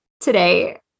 today